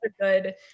good